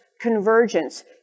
convergence